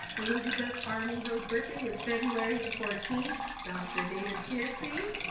elizabeth armijo's birthday was february the fourteenth. dr. david peercy,